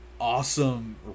awesome